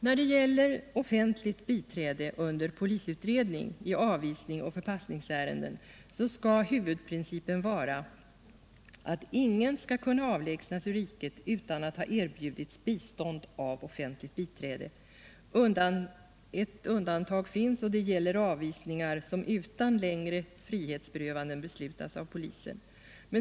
När det gäller offentligt biträde under polisutredning i avvisningsoch förpassningsärenden skall huvudprincipen vara att ingen skall kunna avlägsnas ur riket utan att ha erbjudits bistånd av offentligt biträde. Enda undantaget gäller avvisningar som utan längre frihetsberövanden beslutas av polisen.